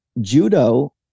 judo